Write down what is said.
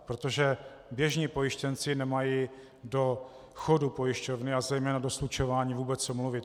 Protože běžní pojištěnci nemají do chodu pojišťovny a zejména do slučování vůbec co mluvit.